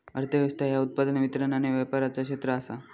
अर्थ व्यवस्था ह्या उत्पादन, वितरण आणि व्यापाराचा क्षेत्र आसा